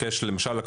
למשל,